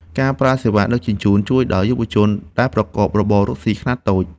ការប្រើសេវាដឹកជញ្ជូន ជួយដល់យុវជនដែលប្រកបរបររកស៊ីខ្នាតតូច។